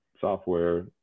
software